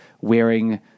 wearing